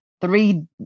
three